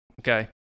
okay